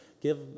Give